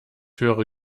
höhere